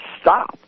stop